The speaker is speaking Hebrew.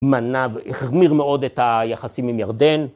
מנה והחמיר מאוד את היחסים עם ירדן.